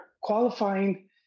qualifying